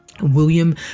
William